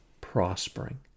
prospering